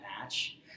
match